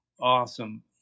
awesome